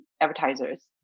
advertisers